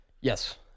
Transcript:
Yes